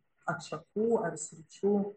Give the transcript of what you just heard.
atšakų ar sričių